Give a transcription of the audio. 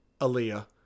Aaliyah